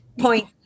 point